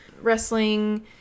wrestling